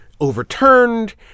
overturned